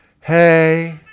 hey